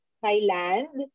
thailand